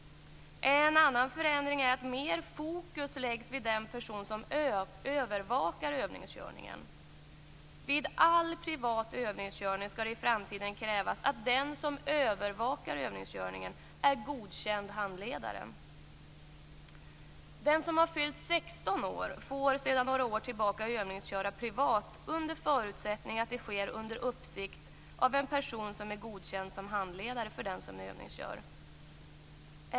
En annan förändring är att mer fokus sätts på den person som övervakar övningskörningen. Vid all privat övningskörning skall det i framtiden krävas att den som övervakar övningskörningen är godkänd handledare. Den som har fyllt 16 år får sedan några år tillbaka övningsköra privat, under förutsättning att det sker under uppsikt av en person som är godkänd som handledare för den som övningskör.